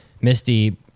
Misty